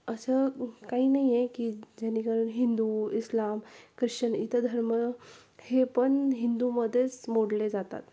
असं काही नाही आहे की जेणेकरून हिंदू इस्लाम ख्रिश्चन इथं धर्म हे पण हिंदूमध्येच मोडले जातात